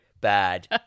bad